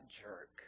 jerk